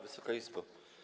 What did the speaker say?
Wysoka Izbo!